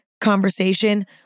conversation